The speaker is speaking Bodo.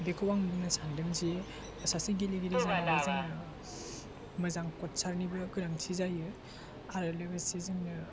बेखौ आं बुंनो सान्दों जे सासे गेलेगिरि जानोबा जोङो मोजां खदसारनिबो गोनांथि जायो आरो लोगोसे जोंनो